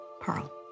Pearl